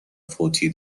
فوتی